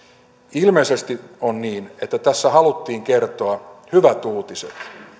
ilmeisesti on niin että tässä haluttiin kertoa hyvät uutiset